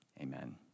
amen